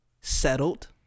settled